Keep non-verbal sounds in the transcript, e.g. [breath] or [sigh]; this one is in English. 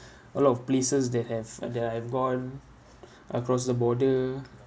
[breath] a lot of places that have and that I've gone across the border